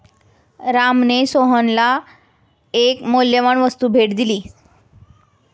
रामने सोहनला एक मौल्यवान वस्तू भेट दिली